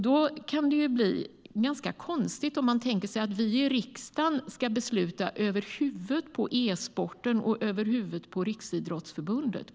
Det kan bli ganska konstigt om man tänker sig att vi i riksdagen ska besluta över huvudet på både e-sporten och Riksidrottsförbundet.